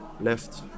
left